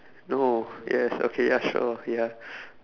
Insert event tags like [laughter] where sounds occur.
no yes okay ya sure ya [breath]